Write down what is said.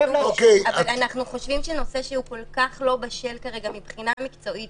אבל אנחנו חושבים שנושא שהוא כל כך לא בשל כרגע מבחינה מקצועית